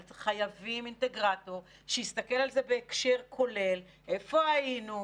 אבל חייבים אינטגרטור שיסתכל על זה בהקשר כולל איפה היינו,